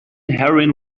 heroin